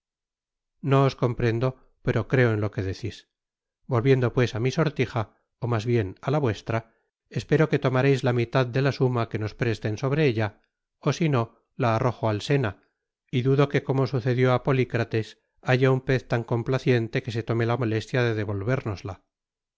os comprendo pero creo en lo que decis volviendo pues á mi sortija ó mas bien á la vuestra espero que tomareis la mitad de la suma que nos presten sobre ella ó sino la arrojo al sena y dudo que como sucedió á polycrates haya ua pez tan complaciente que se tome la molestia de devolvérnosla